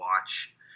watch